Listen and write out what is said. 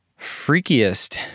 Freakiest